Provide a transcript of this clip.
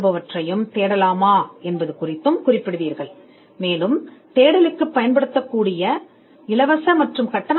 இலவசமாகவும் கட்டணமாகவும் வெவ்வேறு தரவுத்தளங்கள் உள்ளன அவை தேடலுக்குப் பயன்படுத்தப்படலாம்